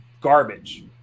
garbage